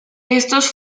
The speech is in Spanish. estos